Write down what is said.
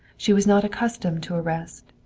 she was not accustomed to arrest.